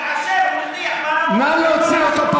כאשר הוא מטיח בנו האשמות כאלה, נא להוציא אותו.